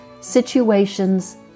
situations